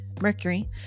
mercury